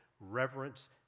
reverence